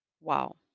Wow